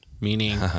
meaning